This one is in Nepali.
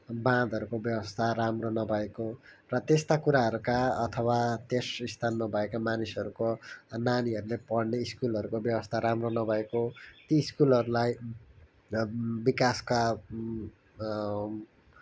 बाँधहरूको व्यवस्था राम्रो नभएको र त्यस्ता कुराहरूका अथवा त्यस स्थानमा भएका मानिसहरूको नानीहरूले पढ्ने स्कुलहरूको व्यवस्था राम्रो नभएको ती स्कुलहरूलाई विकासका